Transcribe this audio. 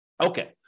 Okay